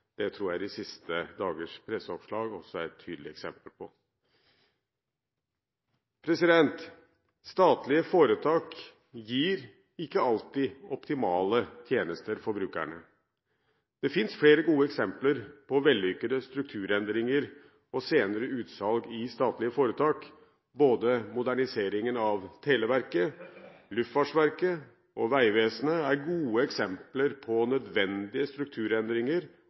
Det tror jeg de siste dagers presseoppslag også er et tydelig eksempel på. Statlige foretak gir ikke alltid optimale tjenester for brukerne. Det finnes flere gode eksempler på vellykkede strukturendringer og senere utsalg i statlige foretak. Både moderniseringen av Televerket, Luftfartsverket og Vegvesenet er gode eksempler på nødvendige strukturendringer